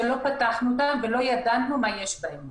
שלא פתחנו אותם ולא ידענו מה יש בהם.